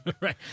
Right